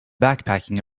backpacking